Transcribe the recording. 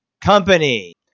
company